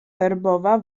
herbowa